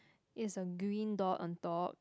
is a green door on top